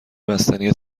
بستنی